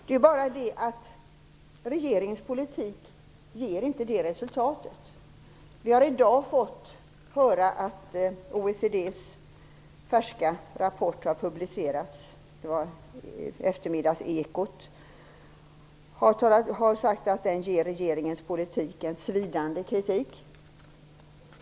Det är bara det att regeringens politik inte ger det resultatet. Vi har i dag fått höra att OECD:s färska rapport har publicerats. I eftermiddagsekot sades det att rapporten ger regeringens politik en svidande kritik.